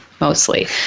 mostly